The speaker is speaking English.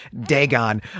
Dagon